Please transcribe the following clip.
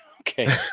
Okay